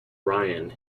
ryan